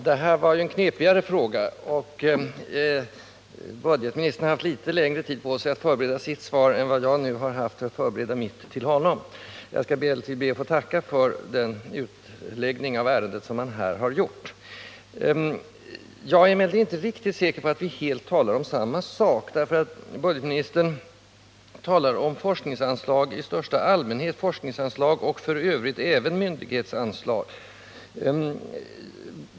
Herr talman! Detta är ju en knepigare fråga än den föregående. Budgetministern har haft litet längre tid på sig att förbereda sitt svar än vad jag nu haft för att förbereda mitt till honom. Jag skall emellertid be att få tacka för den utläggning som han här har gjort. Jag är dock inte riktigt säker på att vi helt och fullt talar om samma sak. Budgetoch ekonomiministern talar om forskningsanslag och f. ö. även om myndighetsanslag i största allmänhet.